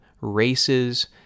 races